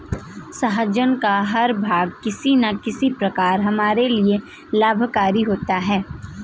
सहजन का हर भाग किसी न किसी प्रकार हमारे लिए लाभकारी होता है